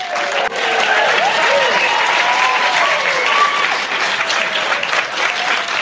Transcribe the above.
are